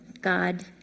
god